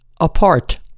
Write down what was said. apart